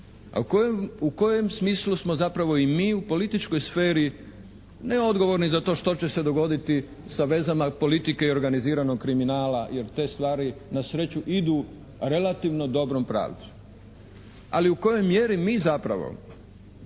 u kojem smislu smo zapravo i mi u političkoj sferi ne odgovorni za to što će se dogoditi sa vezama politike i organiziranog kriminala jer te stvari na sreću idu relativno dobrom pravcu. Ali u kojoj mjeri mi zapravo